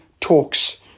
talks